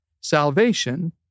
Salvation